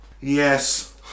Yes